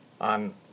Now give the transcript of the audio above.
on